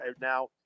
now –